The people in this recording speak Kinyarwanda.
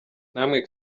namwe